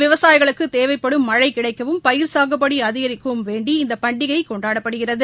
விவசாயிகளுக்கு தேவைப்படும் மழை கிடைக்கவும் பயிர் சாகுபடி அதிகரிக்கவும் வேண்டி இந்த பண்டிகை கொண்டாடப்படுகிறது